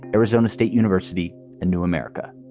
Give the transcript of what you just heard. arizona state university and new america.